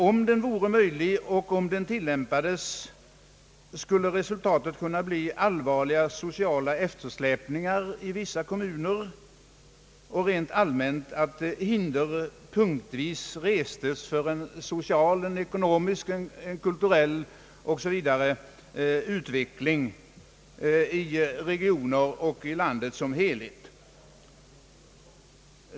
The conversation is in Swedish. Om den vore möjlig och om den tillämpades skulle re sultatet kunna bli allvarliga sociala eftersläpningar i vissa kommuner och rent allmänt att hinder punktvis restes för en social, ekonomisk och kulturell utveckling i regioner och i landet som helhet.